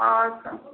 आओर सब